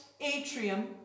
atrium